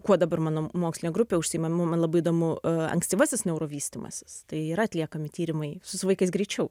kuo dabar mano mokslinė grupė užsiima mum labai įdomu ankstyvasis neurovystymasis tai yra atliekami tyrimai su vaikais greičiau